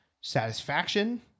satisfaction